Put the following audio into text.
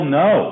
no